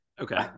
okay